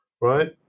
right